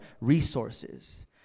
resources